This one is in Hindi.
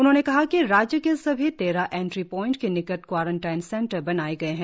उन्होंने कहा कि राज्य के सभी तेरह एंट्री पोईंट के निकट क्वारंटाइन सेंटर बनाए गए है